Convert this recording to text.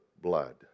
blood